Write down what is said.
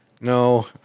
No